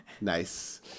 nice